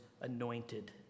anointed